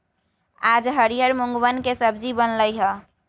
आज हरियर मूँगवन के सब्जी बन लय है